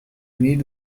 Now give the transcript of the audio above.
need